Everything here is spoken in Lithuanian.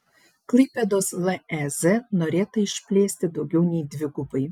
klaipėdos lez norėta išplėsti daugiau nei dvigubai